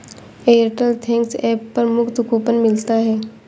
Airtel Thanks app पर मुफ्त coupon मिलता है